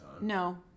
No